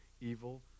evil